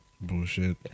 Bullshit